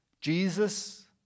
Jesus